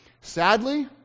Sadly